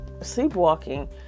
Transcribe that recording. sleepwalking